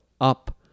up